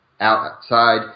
outside